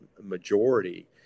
majority